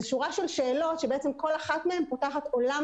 זו שורת שאלות שכל אחת מהן פותחת עולם